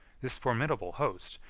this formidable host,